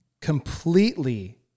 Completely